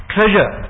Treasure